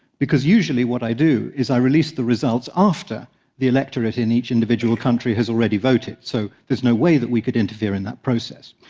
because usually what i do is i release the results after the electorate in each individual country has already voted, so there's no way that we could interfere in that process.